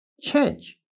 change